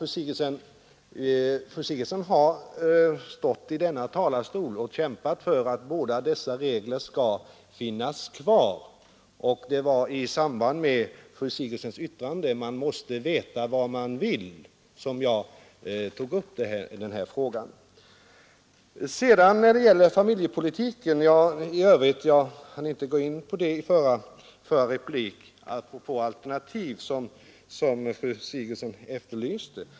Fru Sigurdsen har stått i denna talarstol och kämpat för att både kvotregeln och balansregeln skall finnas kvar. Det var i samband med fru Sigurdsens yttrande ”man måste veta vad man vill” som jag tog upp den frågan. När det gäller familjepolitiken i övrigt hann jag inte i min förra replik gå in på de alternativ som fru Sigurdsen efterlyste.